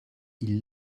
ils